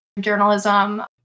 journalism